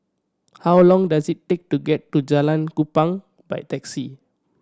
how long does it take to get to Jalan Kupang by taxi